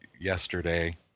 yesterday